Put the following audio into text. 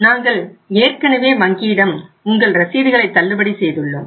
நாங்க ஏற்கனவே வங்கியிடம் உங்கள் ரசீதுகளை தள்ளுபடி செய்துள்ளோம்